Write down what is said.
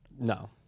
No